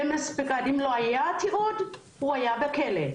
דמאס פיקדה, אם לא היה תיעוד, הוא היה בכלא.